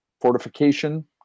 fortification